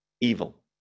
evil